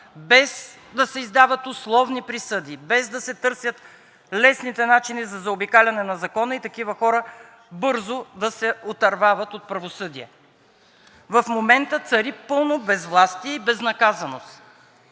без да се издават условни присъди, без да се търсят лесните начини за заобикаляне на закона и такива хора бързо да се отървават от правосъдие. В момента цари пълно безвластие и безнаказаност.